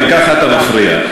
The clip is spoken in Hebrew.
גם כך אתה מפריע,